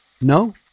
No